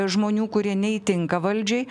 žmonių kurie neįtinka valdžiai